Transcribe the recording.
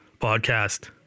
podcast